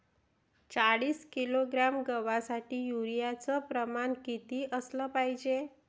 चाळीस किलोग्रॅम गवासाठी यूरिया च प्रमान किती असलं पायजे?